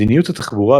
מדיניות התחבורה,